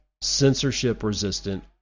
censorship-resistant